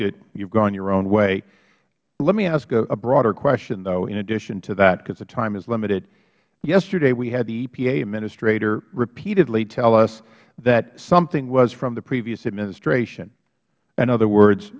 it you have gone your own way let me ask a broader question though in addition to that since the time is limited yesterday we had the epa administrator repeatedly tell us that something was from the previous administration in other words